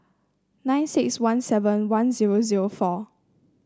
nine six one seven one zero zero four